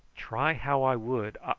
try how i would,